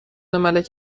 ملک